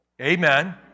Amen